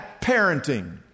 parenting